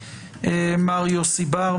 מר יוסי בר,